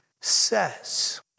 says